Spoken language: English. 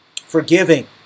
forgiving